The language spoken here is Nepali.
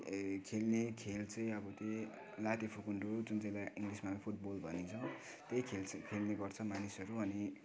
खेल्ने खेल चाहिँ अब त्यही लात्ते भकुन्डो हो जुन चाहिँलाई इङ्ग्लिसमा फुटबल भनिन्छ त्यही खेल चाहिँ खेल्ने गर्छ मानिसहरू अनि